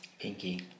Pinky